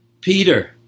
Peter